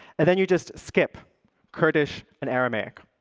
and then you just skip kurdish and aramaic.